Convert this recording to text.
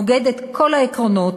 נוגד את כל העקרונות